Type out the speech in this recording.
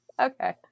okay